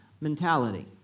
mentality